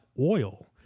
Oil